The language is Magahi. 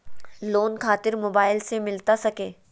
लोन खातिर मोबाइल से मिलता सके?